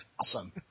Awesome